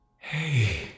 Hey